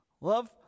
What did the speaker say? love